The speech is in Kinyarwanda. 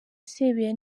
sebeya